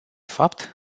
fapt